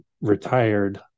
retired